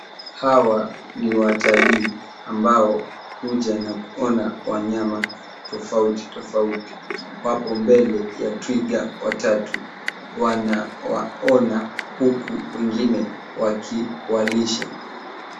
Hawa ni watalii ambao huja na kuona wanyama tofauti tofauti. Wapo mbele ya twiga watatu. Wanawaona huku wengine wakiwalisha.